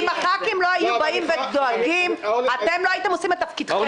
אם חברי הכנסת לא היו דואגים אתם לא הייתם עושים את תפקידכם,